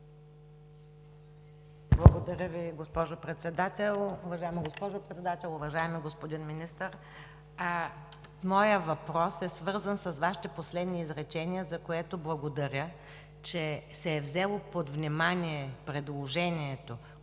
Благодаря Ви, госпожо Председател. Уважаема госпожо Председател! Уважаеми господин Министър, моят въпрос е свързан с Вашите последни изречения, за което благодаря, че се е взело под внимание предложението